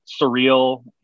surreal